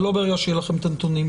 זה לא ברגע שיהיה לכם את הנתונים.